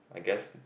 I guess